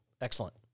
Excellent